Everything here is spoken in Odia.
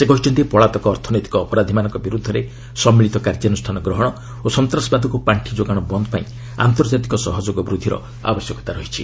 ସେ କହିଛନ୍ତି ପଳାତକ ଅର୍ଥନୈତିକ ଅପରାଧୀମାନଙ୍କ ବିରୁଦ୍ଧରେ ସମ୍ମିଳିତ କାର୍ଯ୍ୟାନୁଷ୍ଠାନ ଓ ସନ୍ତାସବାଦକୁ ପାଖିଯୋଗାଣ ବନ୍ଦ୍ପାଇଁ ଆନ୍ତର୍ଜାତିକ ସହଯୋଗ ବୃଦ୍ଧିର ଆବଶ୍ୟକତା ରହିଛି